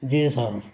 جی صاحب